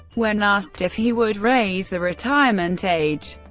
when asked if he would raise the retirement age,